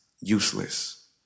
useless